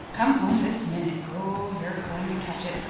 come home this minute. oh, you're going to catch it!